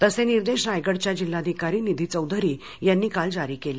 तसे निर्देश रायगडच्या जिल्हाधिकारी निधी चौधरी यांनी काल जारी केले